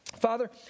Father